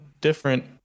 different